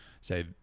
say